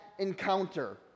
encounter